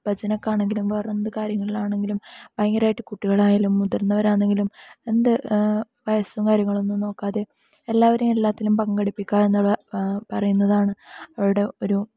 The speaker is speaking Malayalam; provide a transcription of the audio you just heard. ഭജനക്കാണെങ്കിലും വേറെന്ത് കാര്യങ്ങളിലാണെങ്കിലും ഭയങ്കരമായിട്ട് കുട്ടികളായാലും മുതിർന്നവരാന്നെങ്കിലും എന്ത് വയസ്സും കാര്യങ്ങളൊന്നും നോക്കാതെ എല്ലാവരെയും എല്ലാറ്റിലും പങ്കെടുപ്പിക്കുക എന്നുള്ള പറയുന്നതാണ് ഇവരുടെ ഒരു